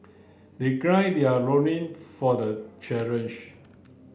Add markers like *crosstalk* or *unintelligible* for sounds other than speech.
they *unintelligible* their loin for the challenge